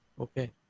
okay